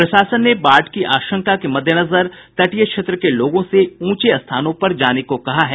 प्रशासन ने बाढ़ की आशंका के मद्देनजर तटीय क्षेत्र के लोगों से ऊंचे स्थानों पर जाने को कहा है